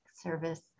service